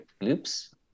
loops